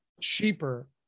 cheaper